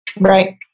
Right